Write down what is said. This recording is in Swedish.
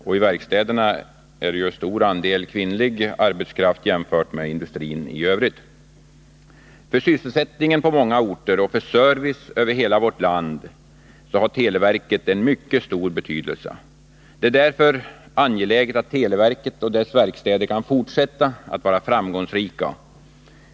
I verkstäderna är det en stor andel kvinnlig arbetskraft jämfört 169 För sysselsättningen på många orter och för service över hela vårt land har televerket en mycket stor betydelse. Det är därför angeläget att televerket och dess verkstäder kan fortsätta att vara framgångsrika.